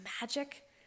magic